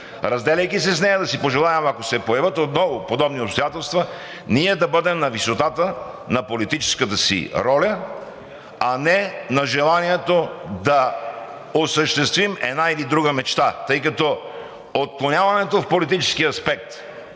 Разделяйки се с нея, да си пожелаем, ако се появят отново подобни обстоятелства, ние да бъдем на високата на политическата си роля, а не на желанието да осъществим една или друга мечта, тъй като отклоняването в политическия аспект